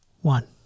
one